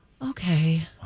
Okay